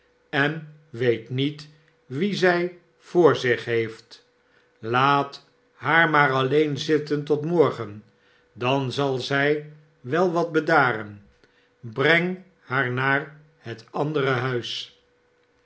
sen weet niet wien zij voor zich heeft laat haar maar alleen zitten tot morgen dan zal zij wel wat bedaren breng haar naar het andere huis